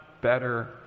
better